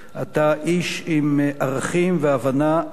אתה איש עם ערכים והבנה עמוקה